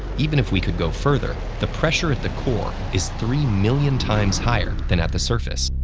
even if we could go further, the pressure at the core is three million times higher than at the surface,